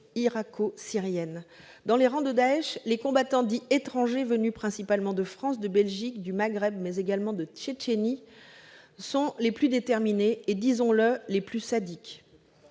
irako-syrienne. Dans les rangs de Daech, les combattants dits « étrangers » venus principalement de France, de Belgique, du Maghreb, mais également de Tchétchénie, sont les plus déterminés et, disons-le, les plus sadiques.